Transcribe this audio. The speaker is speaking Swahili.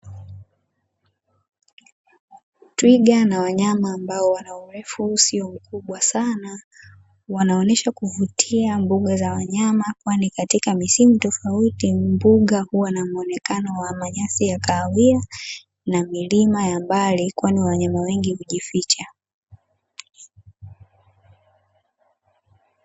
Twiga na wanyama ambao wana urefu huu sio mkubwa sana, wanaonyesha kuvutia mboga za wanyama kwani katika misimu tofauti, mbuga huwa na muonekano wa manyasi ya kahawia, na milima ya mbali, kwani wanyama wengi kujificha.